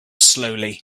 slowly